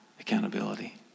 accountability